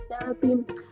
therapy